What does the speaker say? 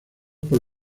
por